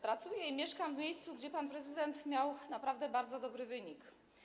Pracuję i mieszkam w miejscu, gdzie pan prezydent miał naprawdę bardzo dobry wynik.